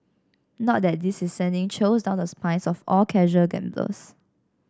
not that this is sending chills down the spines of all casual gamblers